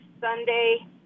Sunday